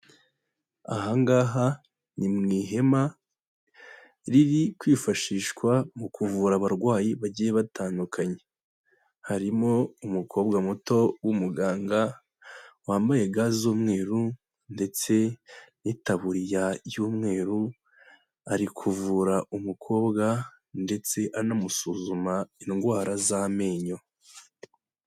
Aha ngaha ni mu ihema, riri kwifashishwa, mu kuvura abarwayi bagiye batandukanye. Harimo umukobwa muto w'umuganga, wambaye ga z'umweru, ndetse n'itaburiya y'umweru, ari kuvura umukobwa, ndetse anamusuzuma indwara z'amenyo.